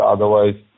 Otherwise